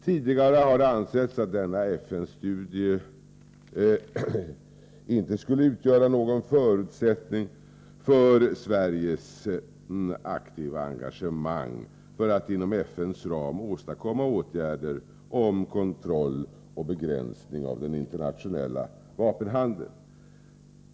Tidigare har det ansetts att denna FN-studie inte skulle utgöra någon förutsättning för Sveriges aktiva engagemang för att inom FN:s ram få till stånd åtgärder för kontroll och begränsning av den internationella vapenhandeln.